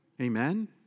Amen